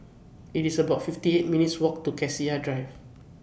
IT IS about fifty eight minutes' Walk to Cassia Drive